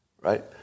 right